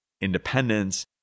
independence